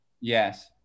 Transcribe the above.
Yes